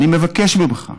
אני מבקש ממך,